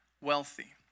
wealthy